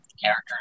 Character